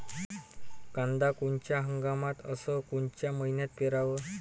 कांद्या कोनच्या हंगामात अस कोनच्या मईन्यात पेरावं?